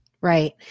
Right